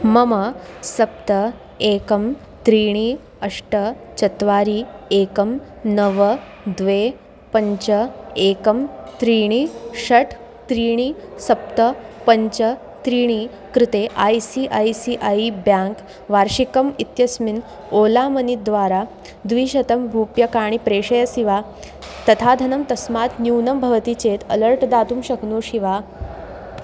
मम सप्त एकं त्रीणि अष्ट चत्वारि एकं नव द्वे पञ्च एकं त्रीणि षट् त्रीणि सप्त पञ्च त्रीणि कृते I C I C I bank वार्षिकम् इत्यस्मिन् ओला मनी द्वारा द्विशतं रूप्यकाणि प्रेषयसि वा तथा धनं तस्मात् न्यूनं भवति चेत् अलर्ट् दातुं शक्नोषि वा